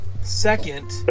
Second